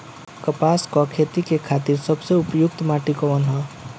कपास क खेती के खातिर सबसे उपयुक्त माटी कवन ह?